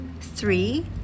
Three